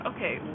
Okay